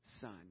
son